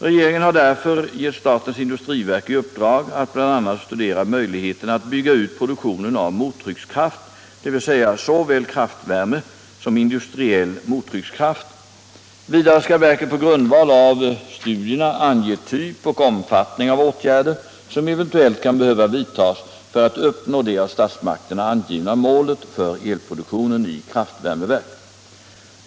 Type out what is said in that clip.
Regeringen har därför gett statens industriverk i uppdrag att bl.a. studera möjligheterna att bygga ut produktionen av mottryckskraft, dvs. såväl kraftvärme som industriell mottryckskraft. Vidare skall verket på grundval av studierna ange typ och omfattning av de åtgärder som eventuellt kan behöva vidtas för att uppnå det av statsmakterna angivna målet för elproduktionen i kraftvärmeverk.